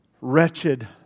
Wretched